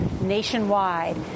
nationwide